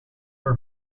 her